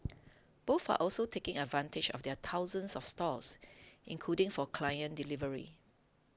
both are also taking advantage of their thousands of stores including for client delivery